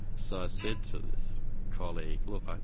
so i said to this colleague, look,